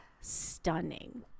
stunning